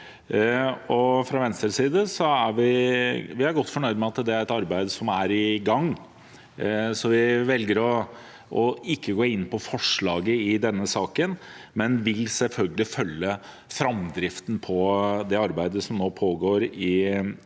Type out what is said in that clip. Fra Venstres side er vi godt fornøyd med at dette arbeidet er i gang, så vi velger å ikke gå inn i forslaget i denne saken, men vil selvfølgelig følge framdriften på arbeidet som nå pågår i